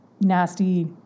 nasty